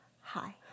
Hi